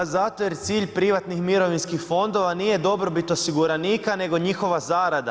Zato jer cilj privatnih mirovinskih fondova nije dobrobit osiguranika, nego njihova zarada.